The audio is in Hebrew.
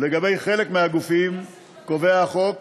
ולגבי חלק מהגופים קובע החוק